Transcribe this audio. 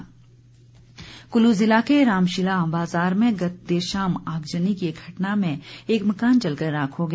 आगजनी कुल्लू जिला के रामशिला बाजार में गत देर शाम आगजनी की एक घटना में एक मकान जलकर राख हो गया